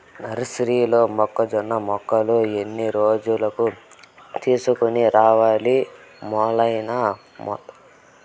నర్సరీలో మొక్కజొన్న మొలకలు ఎన్ని రోజులకు తీసుకొని రావాలి మేలైన మొలకలు ఏదీ? మితంహ లేదా వేరే ఏదైనా బాగుంటుందా?